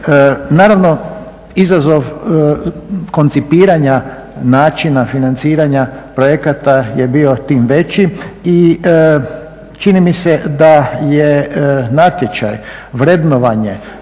Naravno izazov koncipiranja načina financiranja projekata je bio tim veći i čini mi se da je natječaj, vrednovanje